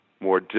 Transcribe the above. More